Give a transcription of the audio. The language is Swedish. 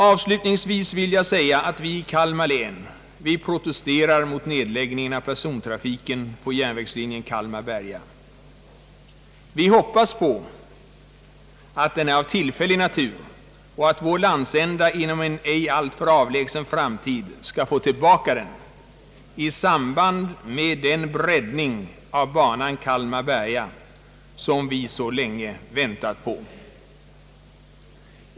Avslutningsvis vill jag ånyo framhålla att vi i Kalmar län protesterat mot nedläggningen av persontrafiken på järnvägslinjen Kalmar— Berga. Vi hoppas på att nedläggningen är av tillfällig natur och att vår landsända inom en ej alltför avlägsen framtid skall få tillbaka persontrafiken i samband med den breddning av banan Kalmar—Berga, som vi så länge väntat på.